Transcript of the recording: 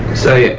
so, yeah